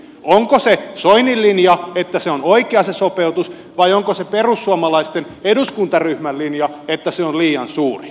onko se soinin linja että se sopeutus on oikea vai onko se perussuomalaisten eduskuntaryhmän linja että se on liian suuri